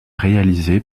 réalisée